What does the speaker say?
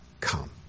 come